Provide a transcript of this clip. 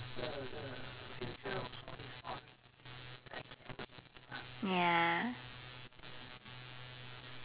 ya